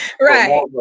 Right